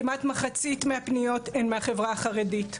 כמעט מחצית מהפניות הן מהחברה החרדית,